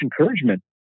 encouragement